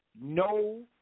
No